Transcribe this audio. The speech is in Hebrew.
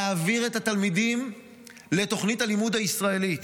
להעביר את התלמידים לתוכנית הלימוד הישראלית.